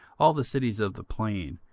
all the cities of the plain,